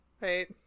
Right